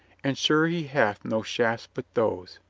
and sure he hath no shafts but those.